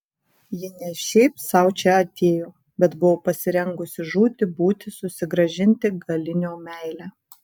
ji ne šiaip sau čia atėjo bet buvo pasirengusi žūti būti susigrąžinti galinio meilę